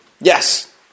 Yes